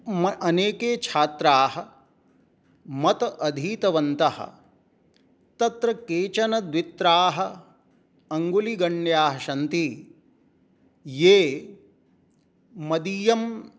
म् अनेके छात्राः मत् अधीतवन्तः तत्र केचन द्वित्राः अङ्गुलीगण्याः सन्ति ये मदीयं